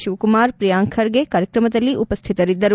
ಶಿವಕುಮಾರ್ ಪ್ರಿಯಾಂಕ್ ಖರ್ಗೆ ಕಾರ್ಯಕ್ರಮದಲ್ಲಿ ಉಪಸ್ಟಿತರಿದ್ದರು